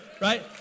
right